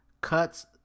cuts